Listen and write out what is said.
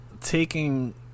taking –